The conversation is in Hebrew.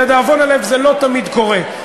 לדאבון הלב, זה לא תמיד קורה.